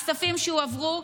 הכספים שהועברו,